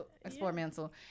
experimental